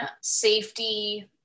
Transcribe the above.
safety